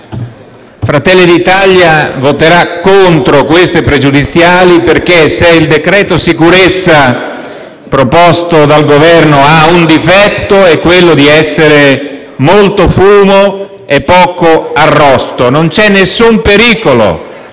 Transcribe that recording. Fratelli d'Italia voterà contro queste questioni pregiudiziali perché, se il decreto sicurezza proposto dal Governo ha un difetto, è quello di essere molto fumo e poco arrosto. Non c'è nessun pericolo